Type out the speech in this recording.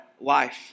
life